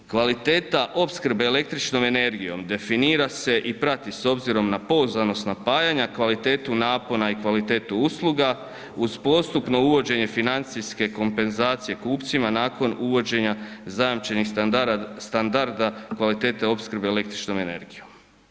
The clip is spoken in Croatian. Kvaliteta opskrbe električnom energijom definira se i prati s obzirom na pouzdanost napajanja kvalitetu napona i kvalitetu usluga uz postupno uvođenje financijske kompenzacije kupcima nakon uvođenja zajamčenih standarda kvalitete opskrbe električnom energijom.